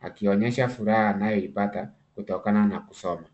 akionyesha furaha anayoipata kutokana na kusoma.